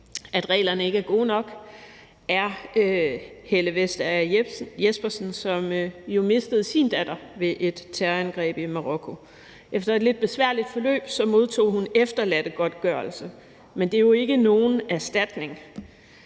at reglerne ikke er gode nok, er Helle Vesterager Jespersen, som jo mistede sin datter ved et terrorangreb i Marokko. Efter et lidt besværligt forløb modtog hun efterladtegodtgørelse, men det er jo ikke nogen erstatning.